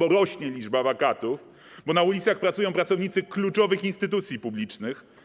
rośnie liczba wakatów, na ulicach pracują pracownicy kluczowych instytucji publicznych.